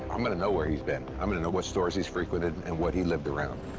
i'm gonna know where he's been. i'm gonna know what stores he's frequented and what he lived around.